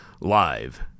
Live